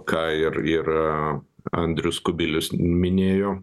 ką ir ir andrius kubilius minėjo